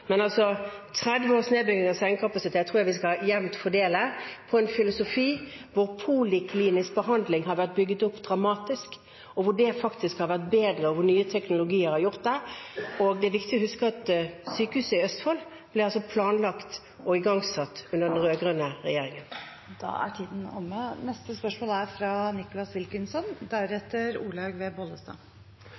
men 30 års nedbygging av sengekapasitet tror jeg vi skal fordele jevnt etter en filosofi hvor poliklinisk behandling har vært bygget opp dramatisk, og hvor det faktisk har blitt bedre, og hvor nye teknologier har gjort det slik. Det er også viktig å huske at sykehuset i Østfold ble planlagt og igangsatt under den rød-grønne regjeringen. Nicholas Wilkinson – til oppfølgingsspørsmål. Regjeringen har kuttet 2,7 mrd. kr fra